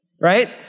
right